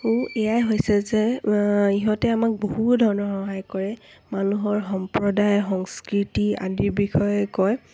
এয়াই হৈছে যে ইহঁতে আমাক বহু ধৰণৰ সহায় কৰে মানুহৰ সম্প্ৰদায় সংস্কৃতি আদিৰ বিষয়ে কয়